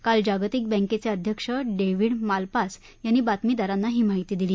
काल जागतिक बँकेचे अध्यक्ष डेव्हिड मालपास यांनी बातमीदारांना ही माहिती दिली